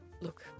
look